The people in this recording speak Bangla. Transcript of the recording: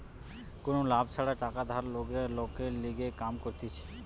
কোনো লাভ ছাড়া টাকা ধার লোকের লিগে কাম করতিছে